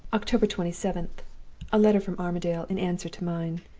october twenty seven a letter from armadale, in answer to mine.